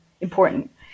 important